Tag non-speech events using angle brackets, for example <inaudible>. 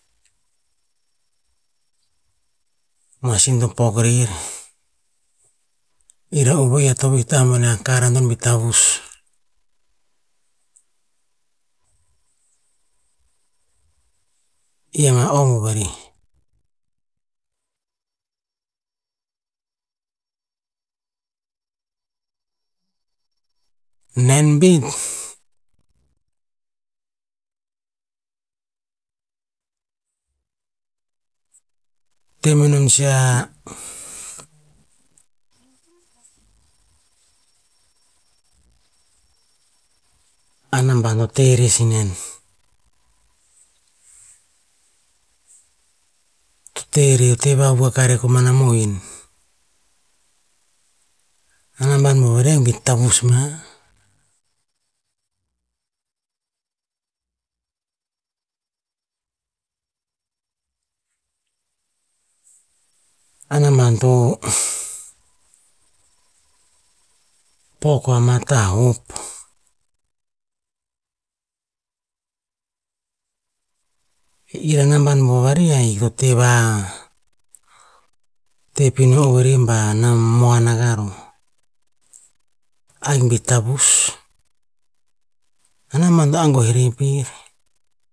Masin to pok rer, era'u va'ih a tovih tamana kar a nom vi tavus, iama om u vari. Nen bit, teh menon sia anambano te rer sinen, to teh re te vavoa kai rer komana mohin, anambano re vir tavus ma, anamban to <noise> pokoa mata hop. E ir anamban mo vari ai to teva tepi no vari va na moa na ga roh, ahik bi tavus anamban angue e ri pir